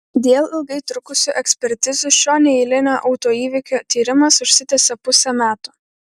dėl ilgai trukusių ekspertizių šio neeilinio autoįvykio tyrimas užsitęsė pusę metų